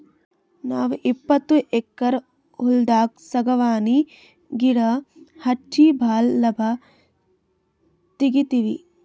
ನಾವ್ ಇಪ್ಪತ್ತು ಎಕ್ಕರ್ ಹೊಲ್ದಾಗ್ ಸಾಗವಾನಿ ಗಿಡಾ ಹಚ್ಚಿ ಭಾಳ್ ಲಾಭ ತೆಗಿತೀವಿ